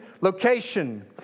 location